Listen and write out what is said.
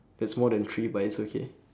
there's more than three but it's okay